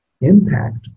impact